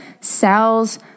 cells